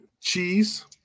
cheese